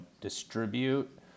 distribute